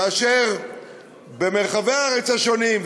כאשר במרחבי הארץ השונים,